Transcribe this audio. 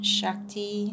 Shakti